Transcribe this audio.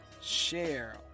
share